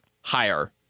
higher